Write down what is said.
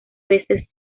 veces